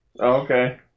Okay